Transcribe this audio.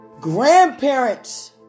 Grandparents